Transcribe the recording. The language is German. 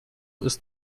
ist